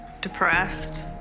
depressed